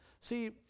See